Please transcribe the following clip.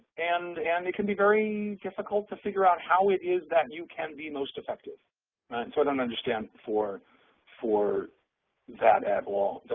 and and it can be very difficult to figure out how it is that you can be most effective. so i don't understand for for that at all.